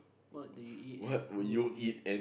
what did you eat and who you eat with